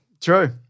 True